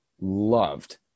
loved